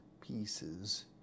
pieces